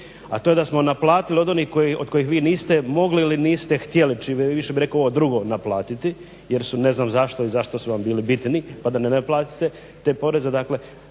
a to je da smo naplatili od onih od kojih vi niste mogli ili niste htjeli, više bih rekao ovo drugo naplatiti jer su ne znam zašto i zašto su vam bili bitni pa da ne naplatite te poreze. Dakle